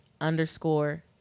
underscore